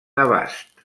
abast